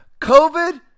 COVID